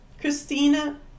Christina